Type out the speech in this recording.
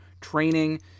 training